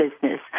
business